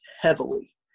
heavily